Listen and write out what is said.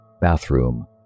bathroom